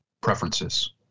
preferences